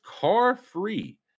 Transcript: car-free